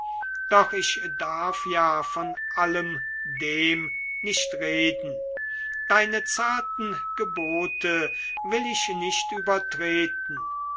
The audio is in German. doch ich darf ja von allem dem nicht reden deine zarten gebote will ich nicht übertreten